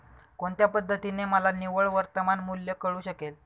कोणत्या पद्धतीने मला निव्वळ वर्तमान मूल्य कळू शकेल?